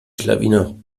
schlawiner